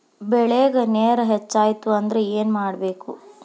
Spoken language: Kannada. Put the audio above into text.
ಬೆಳೇಗ್ ನೇರ ಹೆಚ್ಚಾಯ್ತು ಅಂದ್ರೆ ಏನು ಮಾಡಬೇಕು?